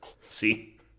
See